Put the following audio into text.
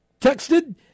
Texted